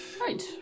Right